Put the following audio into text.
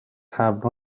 have